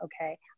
Okay